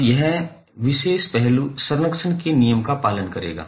अब यह विशेष पहलू संरक्षण के नियम का पालन करेगा